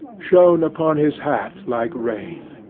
shone upon his hat like rain.